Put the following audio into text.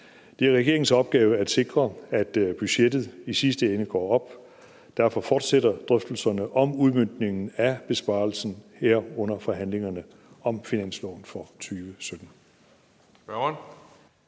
Det er regeringens opgave at sikre, at budgettet i sidste ende går op. Derfor fortsætter drøftelserne om udmøntningen af besparelsen her under forhandlingerne om finansloven for 2017.